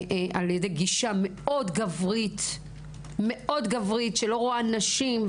על ידי גישה מאוד גברית שלא רואה נשים,